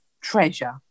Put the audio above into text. treasure